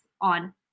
on